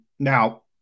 Now